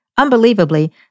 Unbelievably